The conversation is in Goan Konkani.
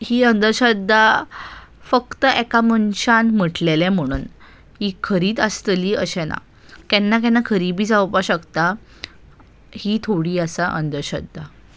ही अंधश्रद्दा फक्त एका मनशान म्हटलेलें म्हणून ही खरीत आसतली अशें ना केन्ना केन्ना खरी बी जावपाक शकता ही थोडी आसा अंधश्रध्दा